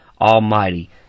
Almighty